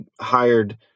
hired